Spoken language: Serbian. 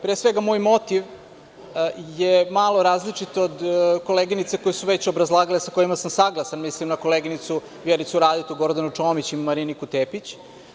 Pre svega, moj motiv je malo različit od koleginica koje su već obrazlagale, sa kojima sam saglasan, mislim na koleginicu Vjericu Radetu, Gordanu Čomić i Mariniku Tepić.